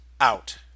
out